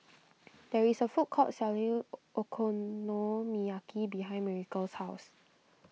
there is a food court selling Okonomiyaki behind Miracle's house